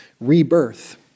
rebirth